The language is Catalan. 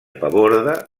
paborde